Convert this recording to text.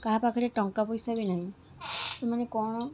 କାହା ପାଖରେ ଟଙ୍କା ପଇସା ବି ନାହିଁ ସେମାନେ କଣ